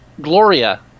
Gloria